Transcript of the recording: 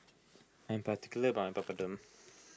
I am particular about Papadum